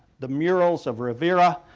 the murals of rivera,